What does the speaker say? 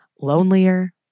lonelier